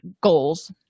goals